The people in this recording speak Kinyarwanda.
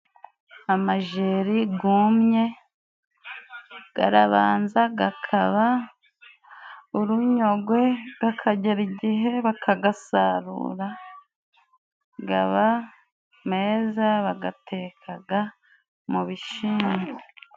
Amajeri gumye, garabanza gakaba urunyogwe gakagera igihe bakagasarura. Gaba meza, bagatekaga mu bishimbo.